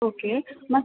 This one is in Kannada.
ಓಕೆ ಮತ್ತು